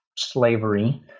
slavery